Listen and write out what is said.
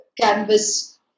canvas